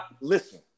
Listen